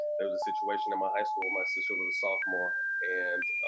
there was a situation in my high school. my sister was a sophomore, and